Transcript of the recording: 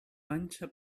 panxa